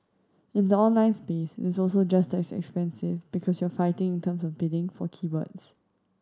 in the online space is also just as expensive because you're fighting in terms of bidding for keywords